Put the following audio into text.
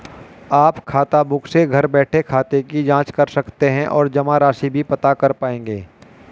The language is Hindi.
आप खाताबुक से घर बैठे खाते की जांच कर सकते हैं और जमा राशि भी पता कर पाएंगे